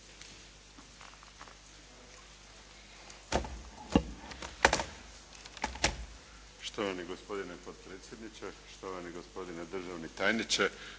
Štovani gospodine potpredsjedniče, štovani gospodine državni tajniče,